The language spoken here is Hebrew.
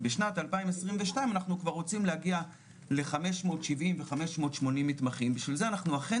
בשנת 2022 אנחנו כבר רוצים להגיע ל-570 ו-580 מתמחים ובשביל זה אנחנו אכן